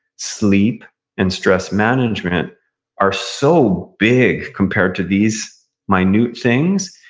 sleep and stress management are so big compared to these minute things.